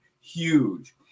huge